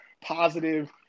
positive